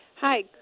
Hi